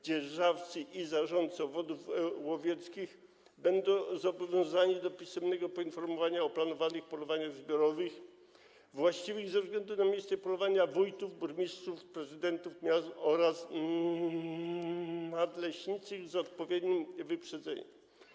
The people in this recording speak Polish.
Dzierżawcy i zarządcy obwodów łowieckich będą zobowiązani do pisemnego poinformowania o planowanych polowaniach zbiorowych właściwych ze względu na miejsce polowania wójtów, burmistrzów, prezydentów miast oraz nadleśniczych z odpowiednim wyprzedzeniem.